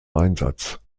einsatz